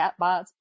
chatbots